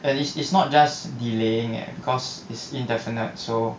and is is not just delaying leh cause it's indefinite so